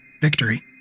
victory